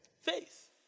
Faith